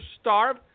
Starve